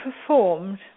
performed